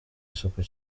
isuku